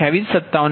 u xg10